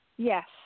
Yes